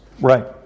right